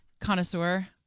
connoisseur